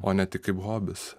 o ne tik kaip hobis